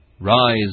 Rise